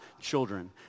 children